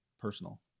personal